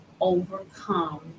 overcome